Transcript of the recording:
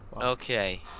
Okay